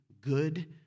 good